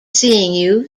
seeing